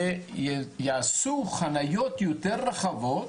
שיעשו חניות יותר רחבות,